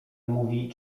mówi